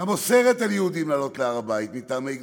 גם אוסרת על יהודים לעלות להר-הבית מטעמי קדושה,